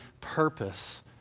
purpose